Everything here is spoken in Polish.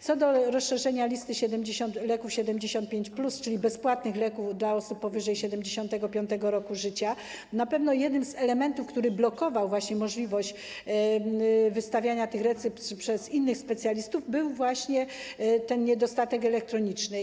Co do rozszerzenia listy leków 75+, czyli bezpłatnych leków dla osób powyżej 75. roku życia, na pewno jednym z elementów, które blokowały możliwość wystawiania tych recept przez innych specjalistów, był właśnie ten niedostatek elektroniczny.